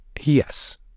yes